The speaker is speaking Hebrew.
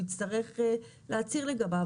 הוא יצטרך להצהיר לגביו,